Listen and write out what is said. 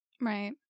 Right